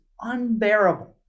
unbearable